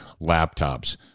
laptops